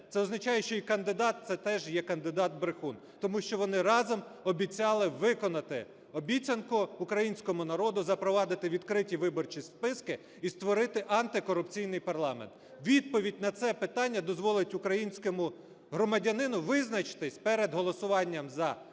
це означає, що і кандидат – це теж є кандидат-брехун, тому що вони разом обіцяли виконати обіцянку українському народу, запровадити відкриті виборчі списки і створити антикорупційний парламент. Відповідь на це питання дозволить українському громадянину визначитись перед голосуванням за Президента